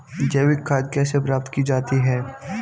जैविक खाद कैसे प्राप्त की जाती है?